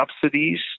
subsidies